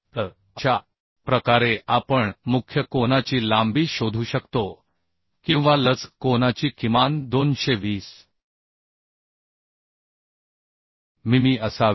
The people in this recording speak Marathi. तर अशा प्रकारे आपण मुख्य कोनाची लांबी शोधू शकतो किंवा लज कोनाची किमान 220 मिमी असावी